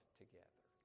together